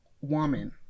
woman